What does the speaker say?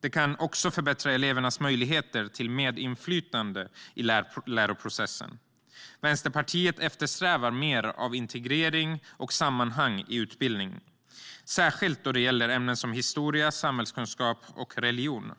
Det kan också förbättra elevernas möjligheter till medinflytande i lärprocessen. Vänsterpartiet eftersträvar mer av integrering och sammanhang i utbildning, särskilt då det gäller ämnen som historia, samhällskunskap och religion.